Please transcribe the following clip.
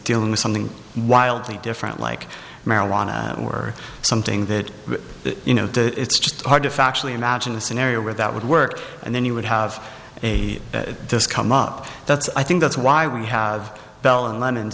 dealing with something wildly different like marijuana or something that you know it's just hard to factually imagine a scenario where that would work and then you would have a this come up that's i think that's why we have bell and london